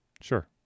Sure